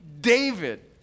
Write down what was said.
David